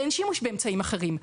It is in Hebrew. אין שימוש באמצעים אחרים.